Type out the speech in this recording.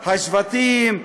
השבטים,